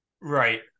Right